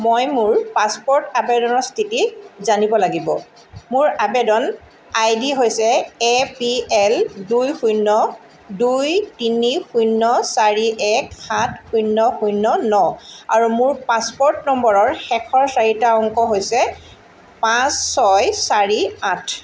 মই মোৰ পাছপ'ৰ্ট আবেদনৰ স্থিতি জানিব লাগিব মোৰ আবেদন আইডি হৈছে এ পি এল দুই শূণ্য দুই তিনি শূণ্য চাৰি এক সাত শূণ্য শূণ্য ন আৰু মোৰ পাছপ'ৰ্ট নম্বৰৰ শেষৰ চাৰিটা অংক হৈছে পাঁচ ছয় চাৰি আঠ